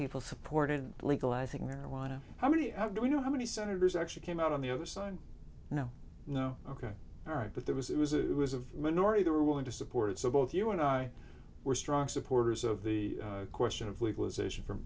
people supported legalizing marijuana how many of them you know how many senators actually came out on the other side no no ok all right but there was it was it was a minority they were willing to support it so both you and i were strong supporters of the question of legalization from